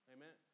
Amen